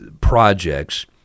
projects